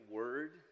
word